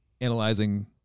analyzing